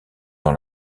dans